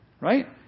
Right